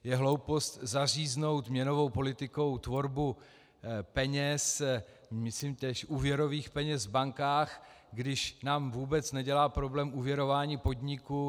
Je hloupost zaříznout měnovou politikou tvorbu peněz, myslím též úvěrových peněz v bankách, když nám vůbec nedělá problém úvěrování podniků.